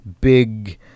big